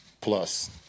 plus